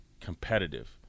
competitive